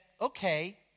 okay